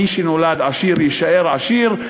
מי שנולד עשיר יישאר עשיר,